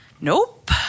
Nope